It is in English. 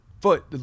foot